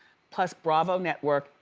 plus bravo network,